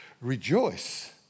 rejoice